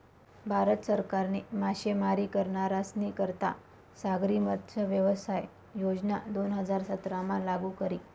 भारत सरकारनी मासेमारी करनारस्नी करता सागरी मत्स्यव्यवसाय योजना दोन हजार सतरामा लागू करी